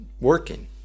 working